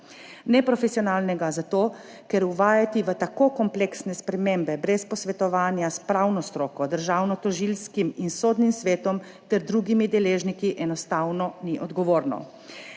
Neprofesionalnega zato, ker uvajati v tako kompleksne spremembe brez posvetovanja s pravno stroko, Državnotožilskim in Sodnim svetom ter drugimi deležniki enostavno ni odgovorno.